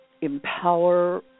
empower